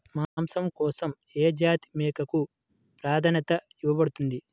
మాంసం కోసం ఏ జాతి మేకకు ప్రాధాన్యత ఇవ్వబడుతుంది?